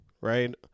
right